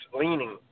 leaning